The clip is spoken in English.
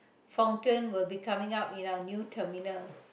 fountain will be coming up in our new terminal